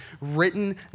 written